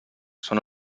són